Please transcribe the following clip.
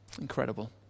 Incredible